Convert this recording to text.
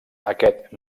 aquest